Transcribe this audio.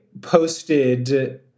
posted